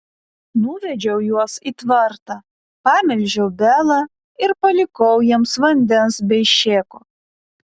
nuvedžiau juos į tvartą pamelžiau belą ir palikau jiems vandens bei šėko